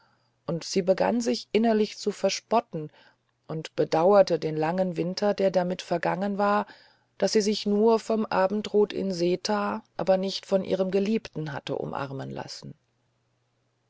und sie begann sich innerlich zu verspotten und bedauerte den langen winter der damit vergangen war daß sie sich nur vom abendrot in seta aber nicht von ihrem geliebten hatte umarmen lassen